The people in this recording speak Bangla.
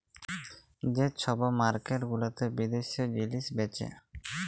যে ছব মার্কেট গুলাতে বিদ্যাশি জিলিস বেঁচে